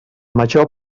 major